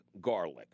garlic